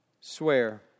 swear